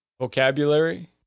vocabulary